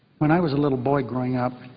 when i was a little boy growing up,